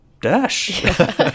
Dash